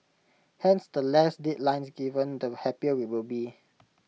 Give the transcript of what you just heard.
hence the less deadlines given the happier we will be